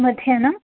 मध्याह्नम्